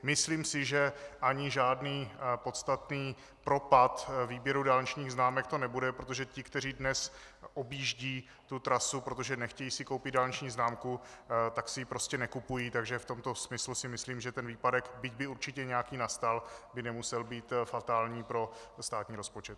Myslím si, že ani žádný podstatný propad výběru dálničních známek to nebude, protože ti, kteří dnes objíždějí tu trasu, protože si nechtějí koupit dálniční známku, tak si ji prostě nekupují, takže v tomto smyslu si myslím, že ten výpadek, byť by určitě nějaký nastal, by nemusel být fatální pro státní rozpočet.